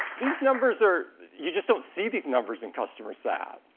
these numbers are you just don't see these numbers in customer sat.